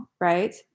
right